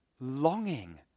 longing